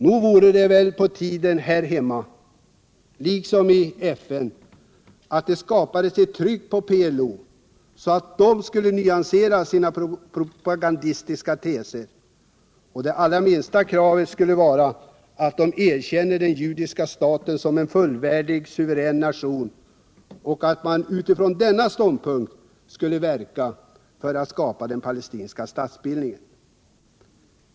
Nog vore det på tiden att man här hemma liksom i FN skapade ett tryck på PLO att nyansera sina propagandistiska teser, och det allra minsta kravet skulle vara att denna organisation erkände den judiska staten som en fullvärdig suverän nation och utifrån denna ståndpunkt verkade för att skapa den palestinska statsbildningen.